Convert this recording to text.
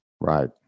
right